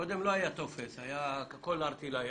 קודם לא היה טופס, הכול היה ערטילאי.